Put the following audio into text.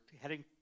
heading